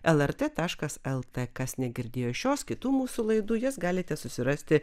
lrt taškas el t kas negirdėjo šios kitų mūsų laidų jas galite susirasti